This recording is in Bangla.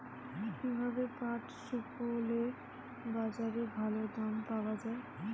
কীভাবে পাট শুকোলে বাজারে ভালো দাম পাওয়া য়ায়?